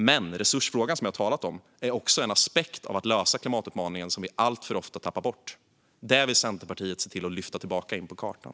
Men resursfrågan, som jag har talat om, är också en aspekt av att lösa klimatutmaningen som vi alltför ofta tappar bort. Det vill Centerpartiet lyfta tillbaka in på kartan.